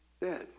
dead